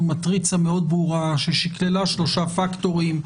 מטריצה מאוד ברורה ששיקללה שלושה פקטורים,